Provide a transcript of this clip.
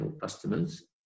customers